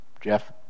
Jeff